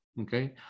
Okay